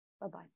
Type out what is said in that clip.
Bye-bye